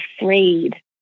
afraid